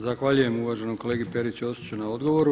Zahvaljujem uvaženom kolegi Peri Ćosiću na odgovoru.